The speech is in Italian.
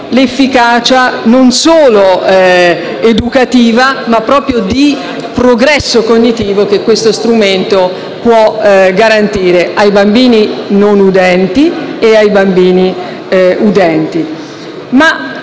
l'efficacia, non solo educativa, ma anche di progresso cognitivo che questo strumento può garantire ai bambini non udenti e a quelli udenti.